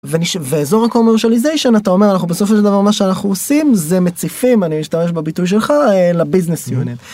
ואזור הקומרסליזיישן אתה אומר לך בסופו של דבר מה שאנחנו עושים זה מציפים אני אשתמש בביטוי שלך לביזנס.